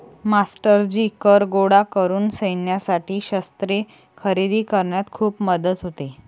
मास्टरजी कर गोळा करून सैन्यासाठी शस्त्रे खरेदी करण्यात खूप मदत होते